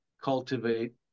cultivate